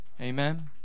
Amen